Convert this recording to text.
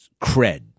Cred